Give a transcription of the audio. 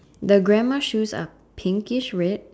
the grandma shoes are pinkish red